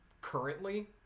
currently